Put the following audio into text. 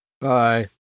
Bye